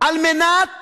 על מנת